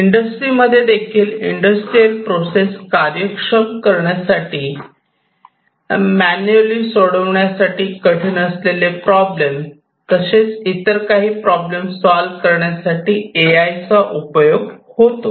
इंडस्ट्रीमध्ये देखील industrial process कार्यक्षम करण्यासाठी मेन्यूवली सोडविण्यास कठीण असलेले प्रॉब्लेम तसेच इतर काही प्रॉब्लेम्स सॉल्व करण्यासाठी ए आय चा उपयोग होतो